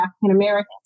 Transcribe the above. African-Americans